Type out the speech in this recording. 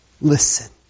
Listen